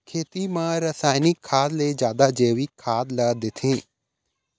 खेती म रसायनिक खाद ले जादा जैविक खाद ला देथे